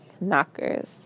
knockers